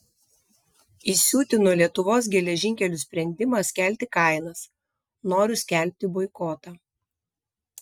įsiutino lietuvos geležinkelių sprendimas kelti kainas noriu skelbti boikotą